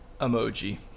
Emoji